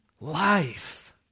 Life